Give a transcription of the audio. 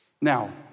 Now